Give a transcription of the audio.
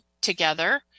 together